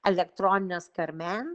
elektroninės karmen